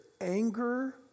anger